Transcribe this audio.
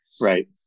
Right